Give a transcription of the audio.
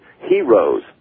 heroes